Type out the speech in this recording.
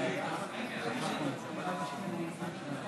מספיק שבזמן נאום הבכורה כולם משום מה טיילו פה